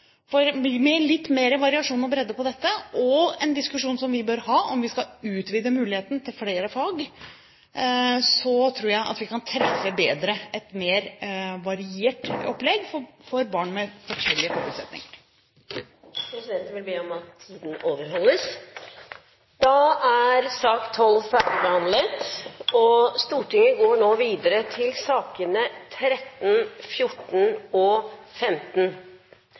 Med litt mer variasjon og bredde på dette og en diskusjon som vi bør ha om å utvide muligheten til flere fag, tror jeg vi kan treffe bedre for barn med forskjellige forutsetninger. Presidenten vil be om at taletiden overholdes. Dermed er sak nr. 12 ferdigbehandlet. Sakene nr. 13–15 er interpellasjoner, og presidenten vil med henvisning til